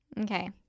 Okay